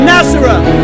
Nazareth